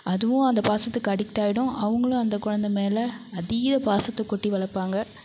அதுவும் அந்த பாசத்துக்கு அடிக்ட் ஆயிடும் அவங்களும் அந்த குலந்த மேலே அதீத பாசத்தை கொட்டி வளர்ப்பாங்க